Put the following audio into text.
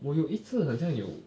我有一次很像有